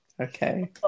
Okay